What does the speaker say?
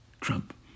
Trump